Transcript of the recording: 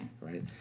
right